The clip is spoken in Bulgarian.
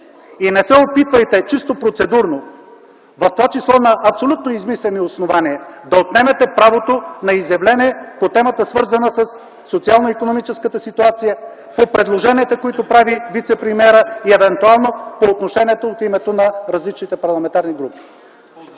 Не се опитвайте чисто процедурно, в това число на абсолютно измислени основания, да отнемете правото на изявление по темата, свързана със социално-икономическата ситуация, по предложенията, които прави вицепремиерът, и евентуално за отношение от името на различните парламентарни групи.